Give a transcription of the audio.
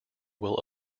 will